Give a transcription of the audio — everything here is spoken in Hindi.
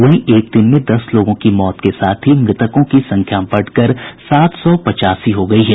वहीं एक दिन में दस लोगों की मौत के साथ ही मृतकों की संख्या बढ़कर सात सौ पचासी हो गयी है